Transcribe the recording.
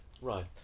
Right